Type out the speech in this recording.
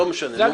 אגב,